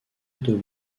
deux